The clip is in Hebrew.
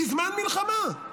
בזמן מלחמה,